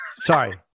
Sorry